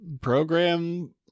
program